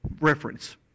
reference